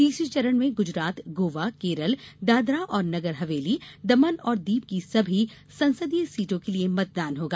तीसरे चरण में गुजरात गोवा केरल दादरा और नगर हवेली दमन और दीव की सभी संसदीय सीटों के लिए मतदान होगा